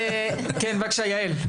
בבקשה, יעל.